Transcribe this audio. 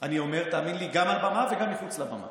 אני אומר, תאמין לי, גם על במה וגם מחוץ לבמה,